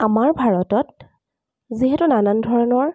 আমাৰ ভাৰতত যিহেতু নানান ধৰণৰ